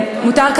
אני רוצה לדבר